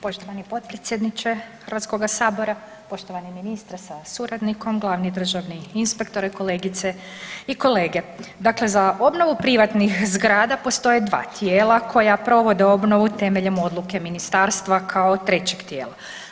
Poštovani potpredsjedniče Hrvatskoga sabora, poštovani ministre sa suradnikom, glavni državni inspektore, kolegice i kolege, dakle za obnovu privatnih zgrada postoje 2 tijela koja provode obnovu temeljem odluke ministarstva kao trećeg tijela.